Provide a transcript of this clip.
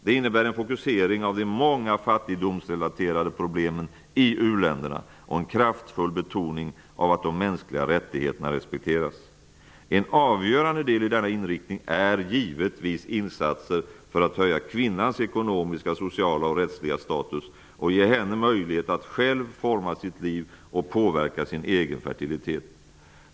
Det innebär en fokusering av de många fattigdomsrelaterade problemen i u-länderna och en kraftfull betoning av att de mänskliga rättigheterna respekteras. En avgörande del i denna inriktning är givetvis insatser för att höja kvinnans ekonomiska, sociala och rättsliga status och ge henne möjlighet att själv forma sitt liv och påverka sin egen fertilitet.